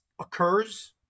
occurs